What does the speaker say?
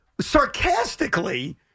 sarcastically